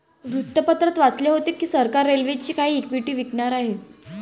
वृत्तपत्रात वाचले होते की सरकार रेल्वेची काही इक्विटी विकणार आहे